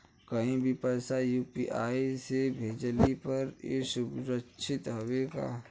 कहि भी पैसा यू.पी.आई से भेजली पर ए सुरक्षित हवे का?